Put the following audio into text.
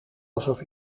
alsof